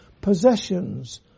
possessions